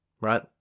Right